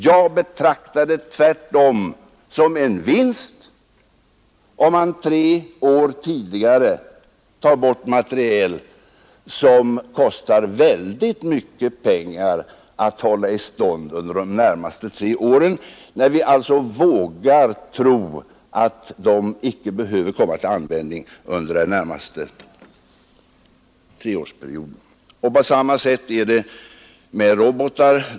Jag betraktar det tvärtom som en vinst om man tre år tidigare kan ta bort materiel som Nr 91 skulle kosta väldigt mycket pengar att hålla i stånd under de närmaste tre Måndagen den åren, när vi alltså vågar tro att den icke behöver komma till användning 29 maj 1972 under den närmaste treårsperioden. På samma sätt är det med robotar.